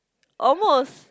almost